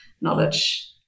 knowledge